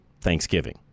Thanksgiving